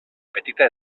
petita